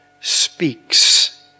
speaks